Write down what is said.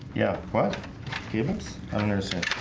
yeah? what cubes ownership?